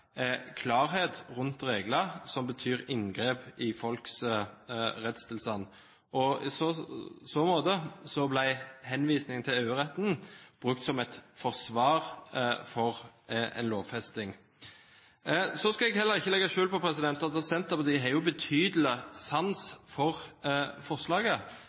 klarhet rundt regler som betyr inngrep i folks rettstilstand. I så måte ble henvisningen til EU-retten brukt som et forsvar for en lovfesting. Så skal jeg heller ikke legge skjul på at Senterpartiet jo har betydelig sans for forslaget,